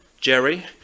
Jerry